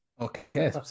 Okay